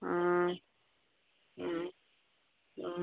ꯎꯝ ꯎꯝ ꯎꯝ